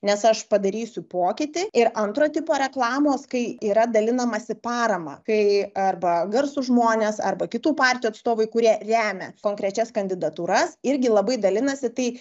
nes aš padarysiu pokytį ir antro tipo reklamos kai yra dalinamasi parama kai arba garsūs žmonės arba kitų partijų atstovai kurie remia konkrečias kandidatūras irgi labai dalinasi tai